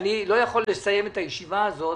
אני לא יכול לסיים את הישיבה הזאת